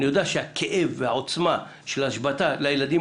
אני יודע שהכאב והעוצמה של השבתה לילדים